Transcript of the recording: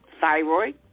thyroid